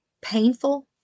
painful